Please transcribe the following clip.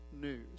news